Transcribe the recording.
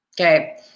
Okay